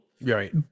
right